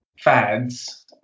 fads